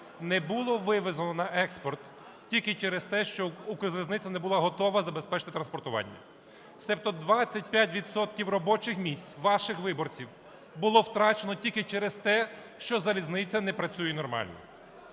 не було вивезено на експорт тільки через те, що "Укрзалізниця" не була готова забезпечити транспортування. Себто 25 відсотків робочих місць ваших виборців було втрачено тільки через те, що залізниця не працює нормально.